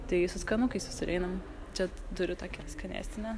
tai su skanukais visur einam čia turiu tokią skanėstinę